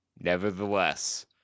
nevertheless